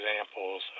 examples